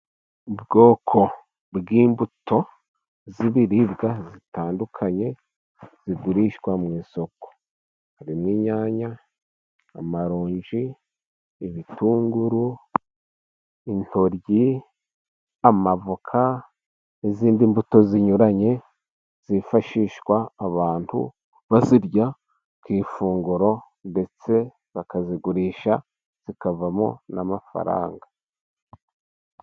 Ubwoko bw'imbuto z'ibiribwa zitandukanye zigurishwa mu isoko, harimo inyanya, amaronji, ibitunguru, intoryi, amavoka n'izindi mbuto zinyuranye, zifashishwa abantu bazirya ku ifunguro ndetse bakazigurisha zikavamo n'amafaranga.